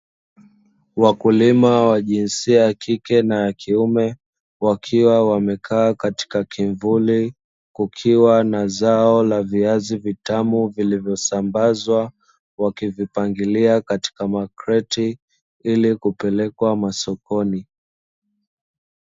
Wakulima wa jinsia ya kike na ya kiume, wakiwa wamekaa katika kivuli kukiwa na zao la viazi vitamu vilivyosambazwa, wakivipangalia katika makreti ili kupelekwa sokoni.